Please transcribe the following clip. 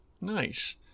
nice